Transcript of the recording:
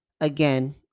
again